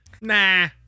nah